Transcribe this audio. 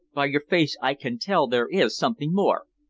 by your face i can tell there is something more.